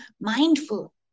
mindful